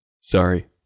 Sorry